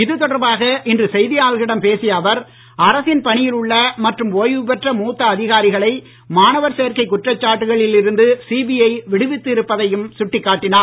இது தொடர்பாக இன்று செய்தியாளர்களிடம் பேசிய அவர் அரசின் பணியில் உள்ள மற்றும் ஓய்வு பெற்ற மூத்த அதிகாரிகளை மாணவர் சேர்க்கை குற்றச்சாட்டுகளில் இருந்து சிபிஐ விடுவித்து இருப்பதையும் சுட்டிக் காட்டினார்